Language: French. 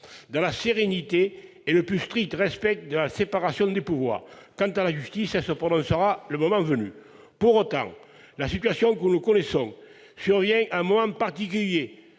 dans la sérénité et le plus strict respect de la séparation des pouvoirs. Quant à la justice, elle se prononcera le moment venu. Pour autant, la situation que nous connaissons survient à un moment particulier,